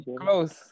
close